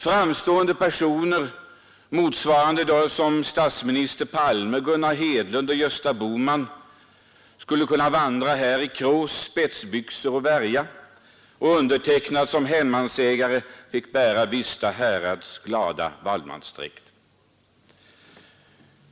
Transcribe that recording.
Framstående personer motsvarande statsminister Palme, Gunnar Hedlund och Gösta Bohman kunde ha vandrat här i krås, spetsbyxor och värja, och undertecknad som hemmansägare finge bära Vista härads glada vadmalsdräkt.